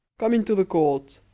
come into the court